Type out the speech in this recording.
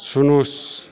snooze